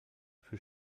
für